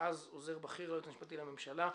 אז עוזר בכיר ליועץ הבכיר לממשלה.